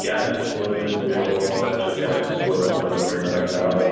gas explosions. we had a horrible natural gas explosion up the merrimack valley. i